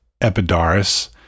Epidaurus